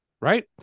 right